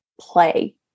play